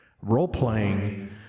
role-playing